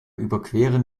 überqueren